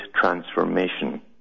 transformation